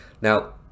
Now